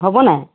হ'ব নাই